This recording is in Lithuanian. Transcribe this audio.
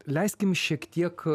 leiskim šiek tiek